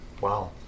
Wow